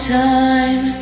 time